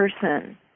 person